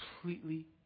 completely